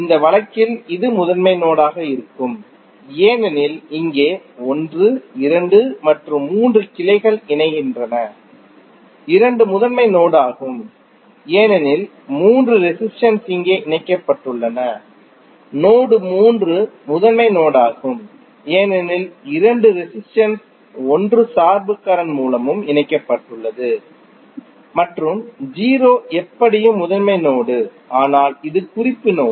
இந்த வழக்கில் இது முதன்மை நோடு ஆக இருக்கும் ஏனெனில் இங்கே 1 2 மற்றும் 3 கிளைகள் இணைகின்றன 2 முதன்மை நோடு ஆகும் ஏனெனில் மூன்று ரெசிஸ்டென்ஸ் இங்கே இணைக்கப்பட்டுள்ளன நோடு 3 முதன்மை நோடு ஆகும் ஏனெனில் இரண்டு ரெசிஸ்டென்ஸ் 1 சார்பு கரண்ட் மூலமும் இணைக்கப்பட்டுள்ளது மற்றும் 0 எப்படியும் முதன்மை நோடு ஆனால் இது குறிப்பு நோடு